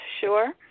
sure